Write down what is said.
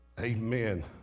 Amen